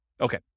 Okay